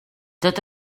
tot